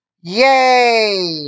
yay